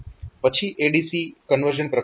પછી ADC conversion પ્રક્રિયા શરૂ થશે